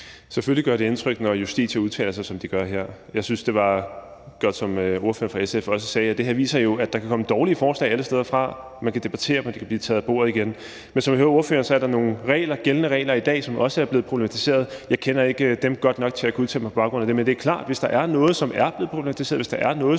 Selvfølgelig gør det indtryk, når Justitia udtaler sig, som de gør her. Jeg synes, det var godt, som ordføreren fra SF også sagde, at det her jo viser, at der kan komme dårlige forslag alle steder fra, og man kan debattere, men det kan blive taget af bordet igen. Men som jeg hører ordføreren, er der nogle gældende regler i dag, som også er blevet problematiseret. Jeg kender dem ikke godt nok til at kunne udtale mig på baggrund af det, men det er da klart, at vi, hvis der er noget, som er blevet problematiseret, hvis der er noget,